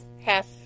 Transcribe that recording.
half